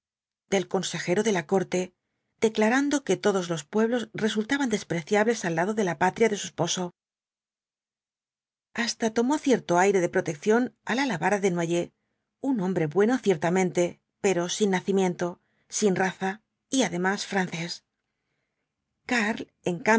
del consejero de la corte declarando que todos los pueblos resultaban despreciables al lado de la patria de su esposo hasta tomó cierto aire de protección al alabar á desnoyers un liombre bueno ciertamente pero sin nacimiento sin raza y además francés